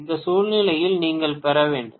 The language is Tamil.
அந்த சூழ்நிலையில் நீங்கள் பெற வேண்டும்